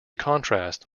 contrast